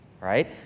right